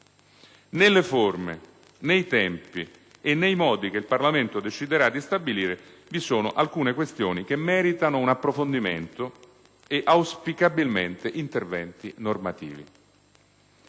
Nelle forme, nei tempi e nei modi che il Parlamento deciderà di stabilire, vi sono alcune questioni che meritano un approfondimento e, auspicabilmente, interventi normativi.